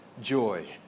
joy